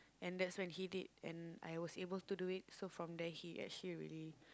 and that's when he did and I was able to do it so from then he actually really